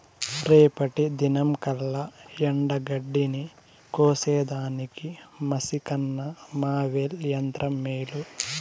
రేపటి దినంకల్లా ఎండగడ్డిని కోసేదానికి మనిసికన్న మోవెర్ యంత్రం మేలు